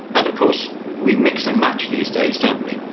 and of course, we mix and match these days, don't we?